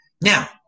Now